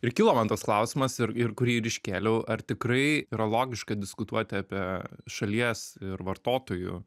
ir kilo man tas klausimas ir ir kurį ir iškėliau ar tikrai yra logiška diskutuoti apie šalies ir vartotojų